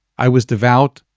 i was devout,